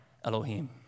Elohim